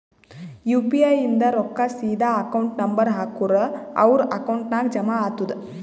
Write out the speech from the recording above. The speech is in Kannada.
ಯು ಪಿ ಐ ಇಂದ್ ರೊಕ್ಕಾ ಸೀದಾ ಅಕೌಂಟ್ ನಂಬರ್ ಹಾಕೂರ್ ಅವ್ರ ಅಕೌಂಟ್ ನಾಗ್ ಜಮಾ ಆತುದ್